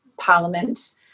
Parliament